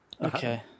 Okay